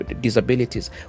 disabilities